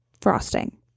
frosting